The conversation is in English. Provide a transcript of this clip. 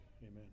amen